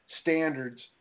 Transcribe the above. standards